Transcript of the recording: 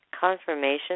confirmation